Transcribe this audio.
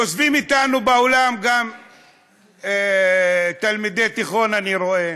יושבים אתנו באולם גם תלמידי תיכון, אני רואה,